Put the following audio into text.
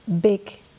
big